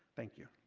thank you.